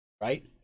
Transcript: right